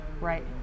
right